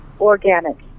organic